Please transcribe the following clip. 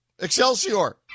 Excelsior